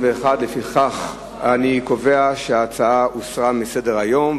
21. לפיכך אני קובע שההצעות הוסרו מסדר-היום.